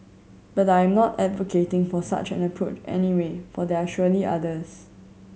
but I'm not advocating for such an approach anyway for there are surely others